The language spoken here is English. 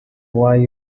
why